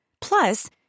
Plus